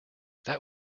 that